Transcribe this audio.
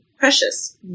Precious